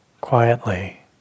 quietly